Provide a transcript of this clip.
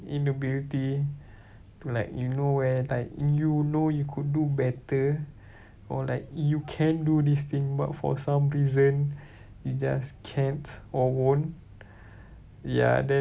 inability to like you know where like you know you could do better or like you can do this thing but for some reason you just can't or won't ya then